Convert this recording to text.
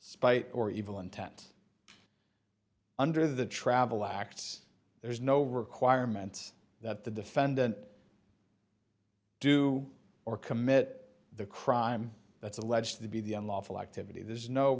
spite or evil intent under the travel acts there is no requirement that the defendant do or commit the crime that's alleged to be the unlawful activity there's no